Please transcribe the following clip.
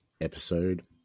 episode